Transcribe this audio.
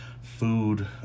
food